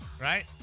Right